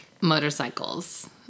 motorcycles